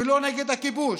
ולא נגד הכיבוש,